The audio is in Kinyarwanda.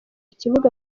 kibuga